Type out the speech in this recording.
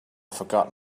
forgot